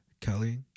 Kelly